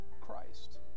Christ